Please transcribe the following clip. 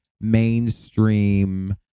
mainstream